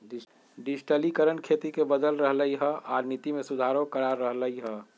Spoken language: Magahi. डिजटिलिकरण खेती के बदल रहलई ह आ नीति में सुधारो करा रह लई ह